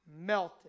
melted